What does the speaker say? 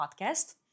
Podcast